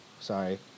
sorry